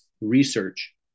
research